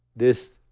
this,